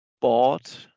bought